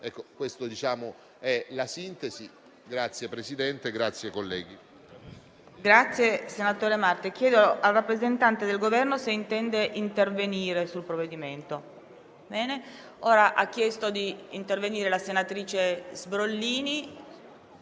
Questa la sintesi. Grazie Presidente, grazie colleghi.